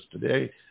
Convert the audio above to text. today